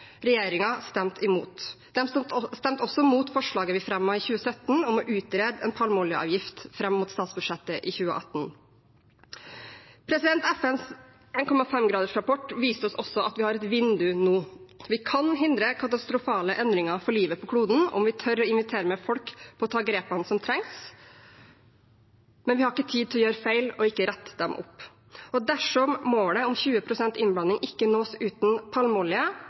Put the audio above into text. stemte imot. De stemte også imot forslaget vi fremmet i 2017 om å utrede en palmeoljeavgift fram mot statsbudsjettet i 2018. FNs 1,5-gradersrapport viste oss også at vi har et vindu nå. Vi kan hindre katastrofale endringer for livet på kloden om vi tør å invitere folk med på å ta de grepene som trengs, men vi har ikke tid til å gjøre feil og så ikke rette dem opp. Dersom målet om 20 pst. innblanding ikke nås uten palmeolje,